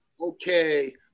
okay